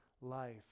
life